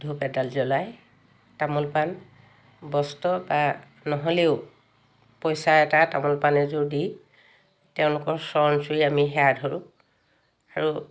ধূপ এডাল জ্বলাই তামোল পান বস্ত্ৰ বা নহ'লেও পইচা এটা তামোল পান এযোৰ দি তেওঁলোকৰ শৰণ চুই আমি সেৱা ধৰোঁ আৰু